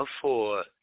afford